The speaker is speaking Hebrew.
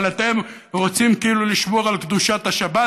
אבל אתם רוצים כאילו לשמור על קדושת השבת.